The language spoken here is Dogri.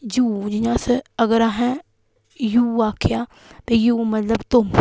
यू जियां अस अगर अहें यू आखेआ ते यू मतलब तुम